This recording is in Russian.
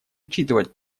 учитывать